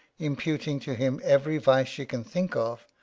imput ing to him every vice she can think of,